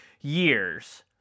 years